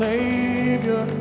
Savior